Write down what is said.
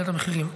עליית המחירים,